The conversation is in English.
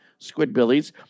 Squidbillies